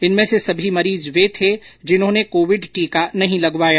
इनमें से सभी मरीज वे थे जिन्होंने कोविड टीका नहीं लगवाया